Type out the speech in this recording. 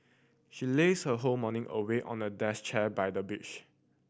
she lazed her whole morning away on a desk chair by the beach